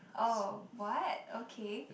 oh what okay